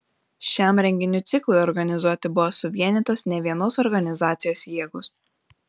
šiam renginių ciklui organizuoti buvo suvienytos nevienos organizacijos jėgos